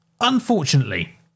Unfortunately